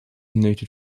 noted